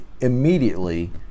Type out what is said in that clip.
immediately